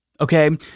Okay